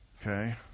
Okay